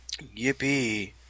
Yippee